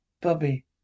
Bubby